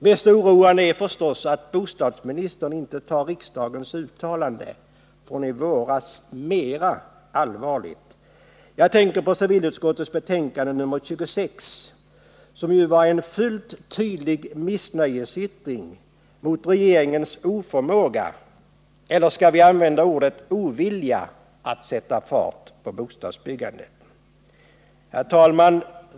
Mest oroande är förstås att bostadsministern inte tar riksdagens uttalande från i våras mera allvarligt. Jag tänker på civilutskottets betänkande nr 26, som ju var en fullt tydlig missnöjesyttring mot regeringens oförmåga — eller skall vi använda ordet ovilja — att sätta fart på bostadsbyggandet. Herr talman!